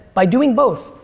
by doing both,